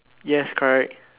yes correct